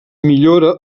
millora